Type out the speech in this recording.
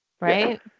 right